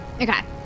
Okay